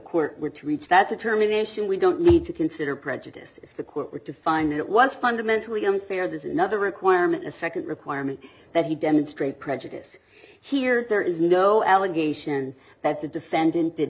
to reach that determination we don't need to consider prejudice if the court were to find that it was fundamentally unfair there's another requirement a second requirement that he demonstrate prejudice here there is no allegation that the defendant did